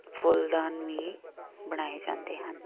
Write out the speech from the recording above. ਫੁੱਲਦਾਨ ਵੀ ਬਣਾਏ ਜਾਂਦੇ ਹਨ